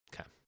Okay